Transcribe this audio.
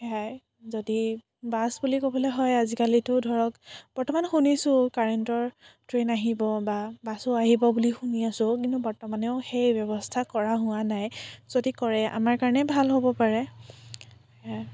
সেইয়াই যদি বাছ বুলি ক'বলৈ হয় আজিকালিতো ধৰক বৰ্তমান শুনিছোঁ কাৰেন্টৰ ট্ৰেইন আহিব বা বাছো আহিব বুলি শুনি আছোঁ কিন্তু বৰ্তমানেও সেই ব্যৱস্থা কৰা হোৱা নাই যদি কৰে আমাৰ কাৰণেই ভাল হ'ব পাৰে সেইয়াই